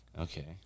Okay